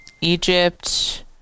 Egypt